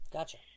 Gotcha